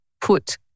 put